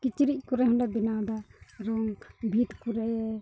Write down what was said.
ᱠᱤᱪᱨᱤᱡ ᱠᱚᱨᱮ ᱦᱚᱸᱞᱮ ᱵᱮᱱᱟᱣᱫᱟ ᱨᱚᱝ ᱵᱷᱤᱛ ᱠᱚᱨᱮ